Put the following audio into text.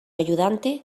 ayudante